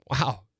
Wow